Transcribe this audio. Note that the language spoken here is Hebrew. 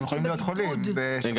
הם גם יכולים להיות חולים בשפעת.